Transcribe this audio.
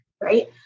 Right